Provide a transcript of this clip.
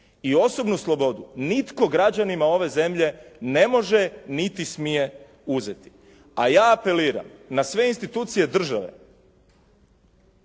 I osobnu slobodu nitko građanima ove zemlje ne može niti smije uzeti. A ja apeliram na sve institucije države